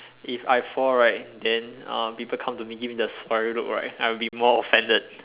if I fall right then uh people come to me give me the sorry look right I would be more offended